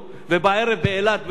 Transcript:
ואין מי שיודע על כך.